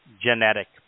genetic